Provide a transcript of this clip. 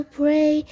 pray